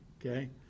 Okay